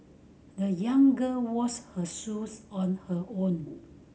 the young girl washed her shoes on her own